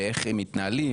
באיך הם מתנהלים,